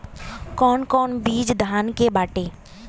कौन कौन बिज धान के बाटे?